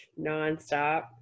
nonstop